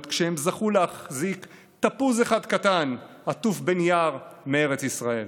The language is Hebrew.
כשהם זכו להחזיק תפוז אחד קטן עטוף בנייר מארץ ישראל.